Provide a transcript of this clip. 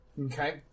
Okay